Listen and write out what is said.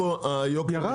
בחיים לא ירד פה יוקר המחיה.